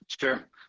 Sure